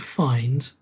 find